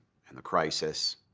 and the crisis,